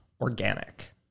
organic